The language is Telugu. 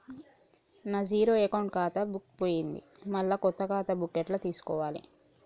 నా జీరో అకౌంట్ ఖాతా బుక్కు పోయింది మళ్ళా కొత్త ఖాతా బుక్కు ఎట్ల తీసుకోవాలే?